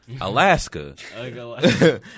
Alaska